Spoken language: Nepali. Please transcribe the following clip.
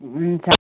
हुन्छ